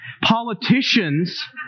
Politicians